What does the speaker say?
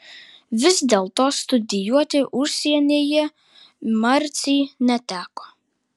vis dėlto studijuoti užsienyje marcei neteko